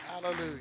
hallelujah